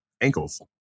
Ankles